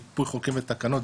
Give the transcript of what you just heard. מיפוי החוקים והתקנות,